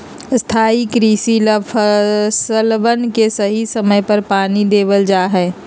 स्थाई कृषि ला फसलवन के सही समय पर पानी देवल जा हई